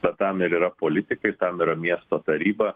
bet tam ir yra politikai tam yra miesto taryba